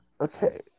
Okay